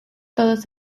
todos